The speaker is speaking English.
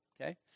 okay